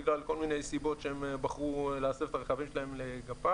בגלל כל מיני סיבות שהם בחרו להסב את הרכבים שלהם לגפ"מ.